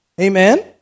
Amen